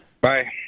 Bye